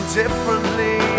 differently